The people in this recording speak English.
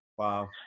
Wow